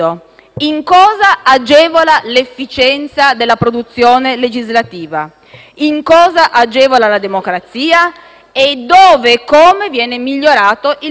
che cosa agevoli la democrazia e dove e come venga migliorato il lavoro del Parlamento. Stiamo parlando di modifiche regolamentari?